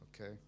Okay